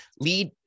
lead